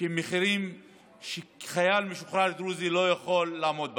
מחירים שחייל משוחרר דרוזי לא יכול לעמוד בהם.